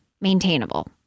maintainable